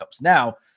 now